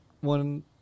one